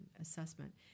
assessment